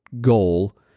goal